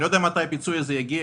אני לא יודע מתי הפיצוי הזה יגיע.